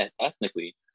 ethnically